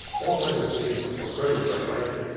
all kinds of things occur which are quite